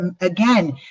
again